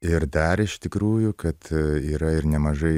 ir dar iš tikrųjų kad yra ir nemažai